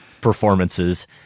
performances